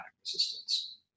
resistance